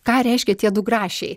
ką reiškia tie du grašiai